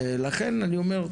ולכן אני אומר,